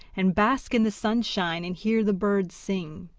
and bask in the sunshine and hear the birds sing.